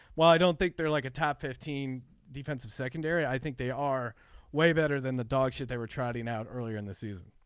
well i don't think they're like a top fifteen defensive secondary. i think they are way better than the dogs that they were trotting out earlier in the season.